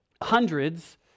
Hundreds